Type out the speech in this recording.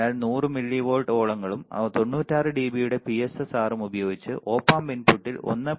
അതിനാൽ 100 millivolt ഓളങ്ങളും 96 ഡിബിയുടെ പിഎസ്ആർആറും ഉപയോഗിച്ച് ഒപ് ആം ഇൻപുട്ടിൽ 1